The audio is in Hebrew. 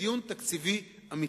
דיון של אנשים מומחים,